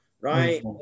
right